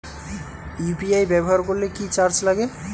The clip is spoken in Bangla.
ইউ.পি.আই ব্যবহার করলে কি চার্জ লাগে?